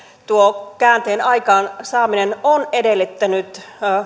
tuo käänteen aikaansaaminen on edellyttänyt